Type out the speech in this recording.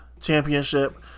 Championship